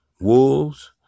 wolves